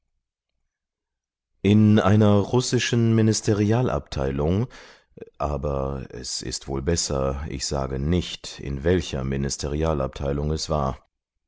in einer russischen ministerialabteilung aber es ist wohl besser ich sage nicht in welcher ministerialabteilung es war